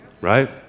Right